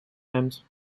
hemd